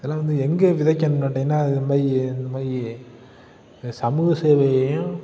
இதல்லாம் வந்து எங்கே விதைக்கணும் கேட்டீங்கன்னால் இது மாதிரி இந்த மாதிரி சமூக சேவையையும்